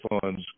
funds